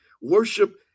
worship